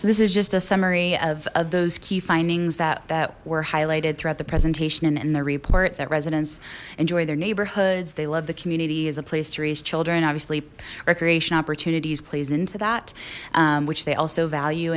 so this is just a summary of those key findings that that were highlighted throughout the presentation and in the report that residents enjoy their neighborhoods they love the community as a place to raise children obviously recreation opportunities plays into that which they also value